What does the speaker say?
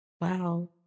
Wow